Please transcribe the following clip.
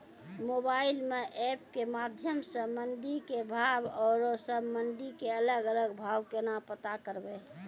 Mobile म app के माध्यम सऽ मंडी के भाव औरो सब मंडी के अलग अलग भाव केना पता करबै?